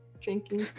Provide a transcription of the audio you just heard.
drinking